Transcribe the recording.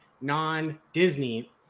non-Disney